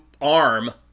arm